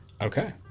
Okay